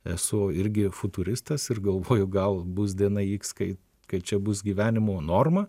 esu irgi futuristas ir galvoju gal bus diena iks kai kai čia bus gyvenimo norma